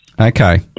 Okay